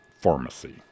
Pharmacy